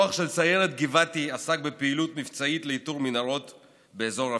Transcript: כוח של סיירת גבעתי עסק בפעילות מבצעית לאיתור מנהרות באזור רפיח.